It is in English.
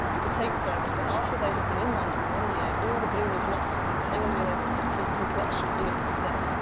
to take service, but after they have been in london one year, all the bloom is lost and a pale, yellow, sickly complexion in its stead.